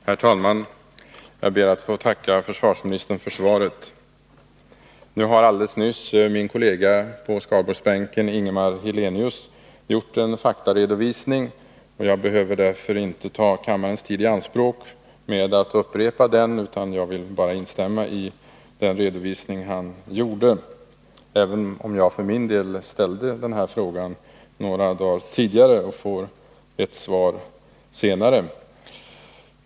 Herr talman! Jag ber att få tacka försvarsministern för svaret. Alldeles nyss har min kollega på Skaraborgsbänken Ingemar Hallenius gjort en faktaredovisning, och jag behöver inte ta kammarens tid i anspråk med att upprepa den, även om jag för min del ställde denna fråga några dagar tidigare och får mitt svar senare. Jag vill instämma i den redovisning han gjorde.